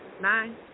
Nine